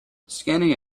scanning